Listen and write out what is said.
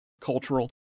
cultural